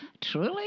Truly